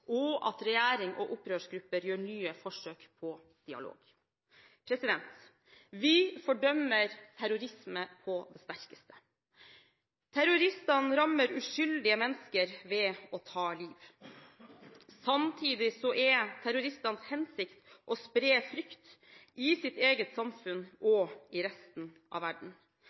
og at regjering og opprørsgrupper gjør nye forsøk på dialog. Vi fordømmer terrorisme på det sterkeste. Terroristene rammer uskyldige mennesker ved å ta liv. Samtidig er terroristenes hensikt å spre frykt i sitt eget samfunn og i resten av verden.